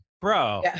bro